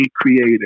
creative